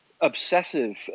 obsessive